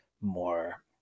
more